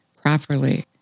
properly